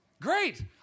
great